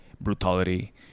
brutality